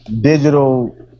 digital